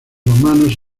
romanos